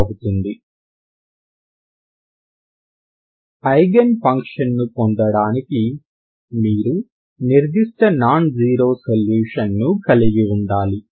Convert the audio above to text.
అవుతుంది ఐగెన్ ఫంక్షన్ను పొందడానికి మీరు నిర్దిష్ట నాన్ జీరో సొల్యూషన్ ని కలిగి ఉండాలి